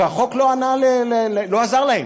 והחוק לא עזר להם.